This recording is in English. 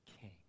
king